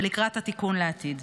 ולקראת התיקון לעתיד.